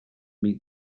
meet